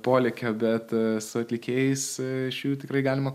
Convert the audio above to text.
polėkio bet su atlikėjais iš jų tikrai galima